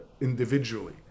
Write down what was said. individually